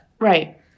right